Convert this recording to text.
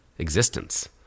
existence